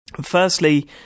firstly